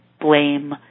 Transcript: blame